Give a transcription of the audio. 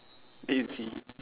then you see